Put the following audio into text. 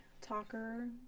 talker